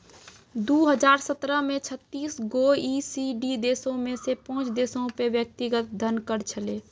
दु हजार सत्रह मे छत्तीस गो ई.सी.डी देशो मे से पांच देशो पे व्यक्तिगत धन कर छलै